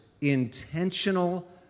intentional